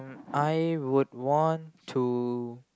I would want to